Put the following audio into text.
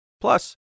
Plus